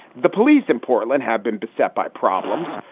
the police in portland have been beset by problems,